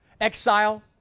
exile